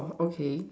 okay